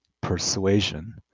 persuasion